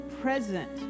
present